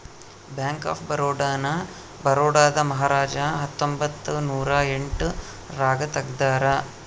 bank of Baroda ನ ಬರೋಡಾದ ಮಹಾರಾಜ ಹತ್ತೊಂಬತ್ತ ನೂರ ಎಂಟ್ ರಾಗ ತೆಗ್ದಾರ